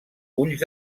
ulls